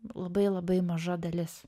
labai labai maža dalis